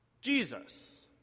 Jesus